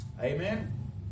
Amen